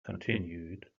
continued